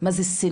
מה זה שנאה,